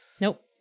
Nope